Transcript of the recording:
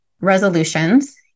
resolutions